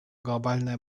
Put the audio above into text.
глобальное